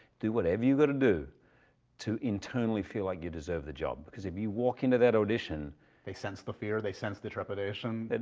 do whatever you gotta do to internally feel like you deserve the job. cause if you walk in to that audition they sense the fear, they sense the trepidation.